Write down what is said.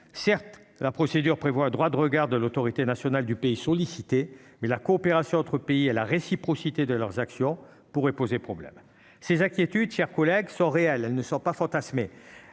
certes, la procédure prévoit un droit de regard de l'Autorité nationale du pays sollicités mais la coopération entre pays à la réciprocité de leurs actions pourrait poser problème, ces inquiétudes chers collègues sont réelles, elle ne sort pas fantasmer,